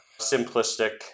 simplistic